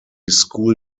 school